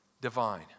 divine